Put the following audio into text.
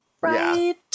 Right